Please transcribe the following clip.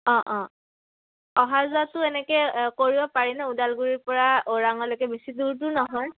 অঁ অঁ অহা যোৱাটো এনেকে কৰিব পাৰি ন ওদালগুৰিৰ পৰা ওৰাঙলৈকে বেছি দূৰটো নহয়